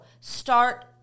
start